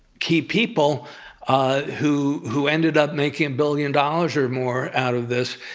key people ah who who ended up making a billion dollars or more out of this,